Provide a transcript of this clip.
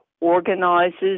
organizes